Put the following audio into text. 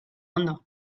ondo